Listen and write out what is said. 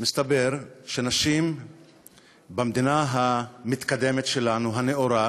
מסתבר שנשים במדינה המתקדמת שלנו, הנאורה,